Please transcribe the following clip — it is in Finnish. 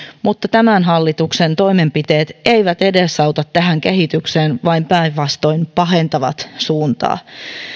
mutta tämän hallituksen toimenpiteet eivät auta tähän kehitykseen vaan päinvastoin pahentavat suuntaa